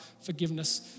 forgiveness